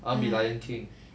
I want be lion king